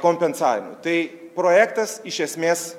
kompensavimui tai projektas iš esmės